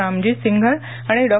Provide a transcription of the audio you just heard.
रामजी सिंघड आणि डॉ